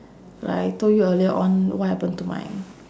like I told you earlier on what happen to my